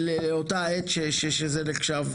אותה עת שזה נחשב.